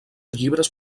llibres